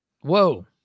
Whoa